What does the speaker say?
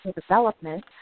development